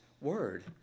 word